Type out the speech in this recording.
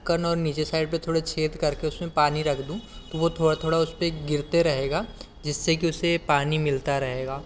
ढक्कन और नीचे साइड पर थोड़ा छेद करके उसमें पानी रख दूँ तो वह थोड़ा थोड़ा उसमें गिरते रहेगा जिससे कि उसे पानी मिलता रहेगा